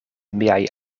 miaj